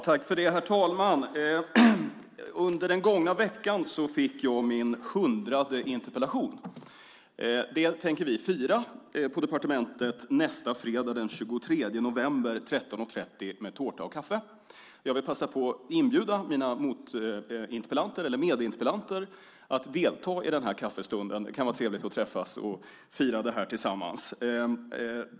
Herr talman! Under den gångna veckan fick jag min hundrade interpellation. Det tänker vi fira på departementet nästa fredag den 23 november kl. 13.30 med tårta och kaffe. Jag vill passa på att inbjuda mina medinterpellanter att delta i denna kaffestund. Det kan vara trevligt att träffas och fira detta tillsammans!